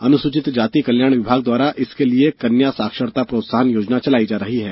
अनुसूचित जाति कल्याण विभाग द्वारा इसके लिये कन्या साक्षरता प्रोत्साहन योजना चलाई जा रही है